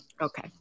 Okay